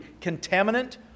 Contaminant